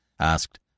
Asked